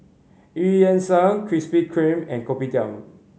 Eu Yan Sang Krispy Kreme and Kopitiam